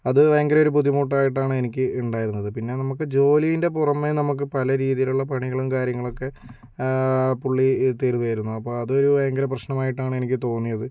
അത് ഭയങ്കര ഒരു ബുദ്ധിമുട്ടായിട്ടാണ് എനിക്ക് ഇണ്ടായിരുന്നത് പിന്നെ നമുക്ക് ജോലീൻ്റെ പുറമെ നമുക്ക് പല രീതിലുള്ള പണികളും കാര്യങ്ങളൊക്കെ പുള്ളി തെരുവായിരുന്നു അപ്പൊൾ അത് ഭയങ്കര പ്രശ്നമായിട്ടാണ് എനിക്ക് തോന്നിയത്